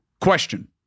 question